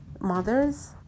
Mothers